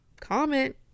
comment